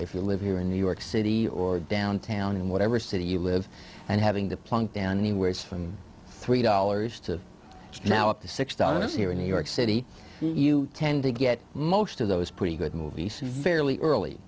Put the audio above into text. if you live here in new york city or downtown in whatever city you live and having to plunk down anywhere from three dollars to snow up to six dollars here in new york city you tend to get most of those pretty good movies fairly early